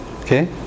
Okay